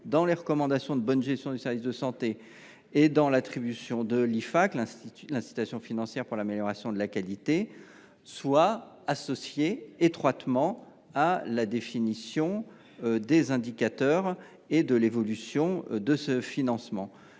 dans les recommandations de bonne gestion du service de santé et dans l’attribution de l’incitation financière à l’amélioration de la qualité, soit étroitement associée à la définition des indicateurs et de l’évolution de ce financement.